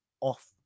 off